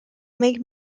make